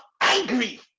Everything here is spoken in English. angry